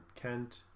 Kent